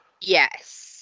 yes